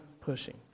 pushing